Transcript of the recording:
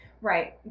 Right